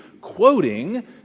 quoting